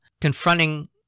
confronting